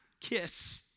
kiss